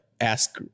ask